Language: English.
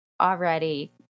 already